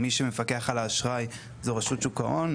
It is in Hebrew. מי שמפקח על האשראי זה רשות שוק ההון,